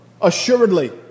assuredly